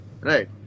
Right